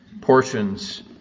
portions